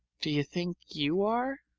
do you think you are?